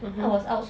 mmhmm